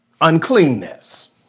uncleanness